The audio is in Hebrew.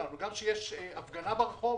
מי אחראי על המתחם כדי לנהל את הקהל?